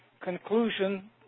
conclusion